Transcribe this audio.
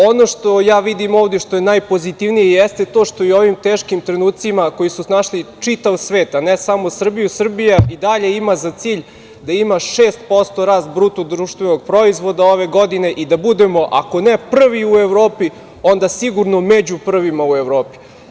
Ono što vidim ovde i što je najpozitivnije, jeste to što i u ovim teškim trenucima, koji su snašli čitav svet, ne samo Srbiju, Srbija i dalje ima za cilj da ima 6% rast BDP-a ove godine i da budemo, ako ne prvi u Evropi, onda sigurno među prvima u Evropi.